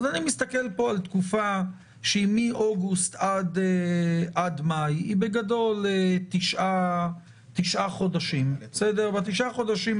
אז אומרת הממשלה: ניתן לשרים את היכולת,